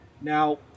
Now